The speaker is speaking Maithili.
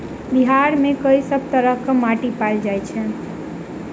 बिहार मे कऽ सब तरहक माटि पैल जाय छै?